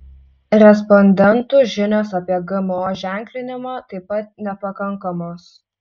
respondentų žinios apie gmo ženklinimą taip pat nepakankamos